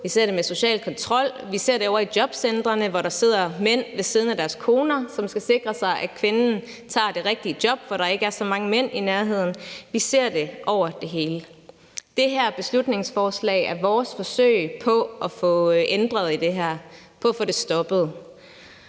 vi ser det med social kontrol, vi ser det ovre i jobcentrene, hvor der sidder mænd ved siden af deres koner, og som skal sikre sig, at kvinden tager det rigtige job, hvor der ikke er så mange mænd i nærheden – vi ser det over det hele. Det her beslutningsforslag er vores forsøg på at få ændret på det her, på at få det stoppet.